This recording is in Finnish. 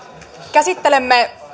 käsittelemme